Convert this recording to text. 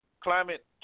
Climate